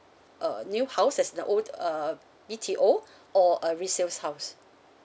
a new house as the old uh E to or a resale house